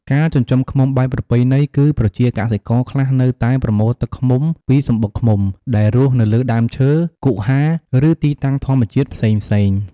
ការចិញ្ចឹមឃ្មុំបែបប្រពៃណីគឺ ប្រជាកសិករខ្លះនៅតែប្រមូលទឹកឃ្មុំពីសំបុកឃ្មុំដែលរស់នៅលើដើមឈើ គុហា ឬទីតាំងធម្មជាតិផ្សេងៗ។